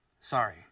Sorry